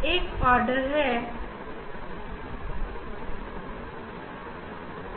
इसी तरह